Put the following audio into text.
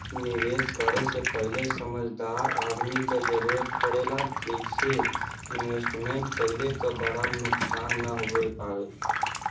निवेश करे से पहिले समझदार आदमी क जरुरत पड़ेला जइसे इन्वेस्टमेंट कइले क बड़ा नुकसान न हो पावे